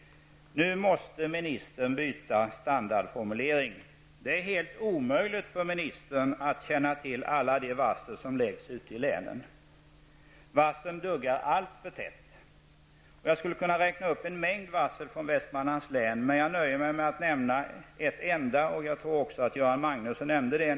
Nu måste ministern byta standardformulering. Det är helt omöjligt för ministern att känna till alla de varsel som läggs ute i länen. Varslen duggar alltför tätt. Jag skulle kunna räkna upp en mängd varsel från Västmanlands län, men jag nöjer mig med att nämna ett enda. Jag tror att även Göran Magnusson nämnde det.